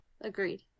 Agreed